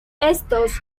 estos